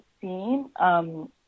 seen